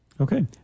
Okay